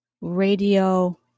radio